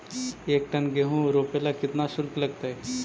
एक टन गेहूं रोपेला केतना शुल्क लगतई?